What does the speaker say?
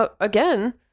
again